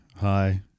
Hi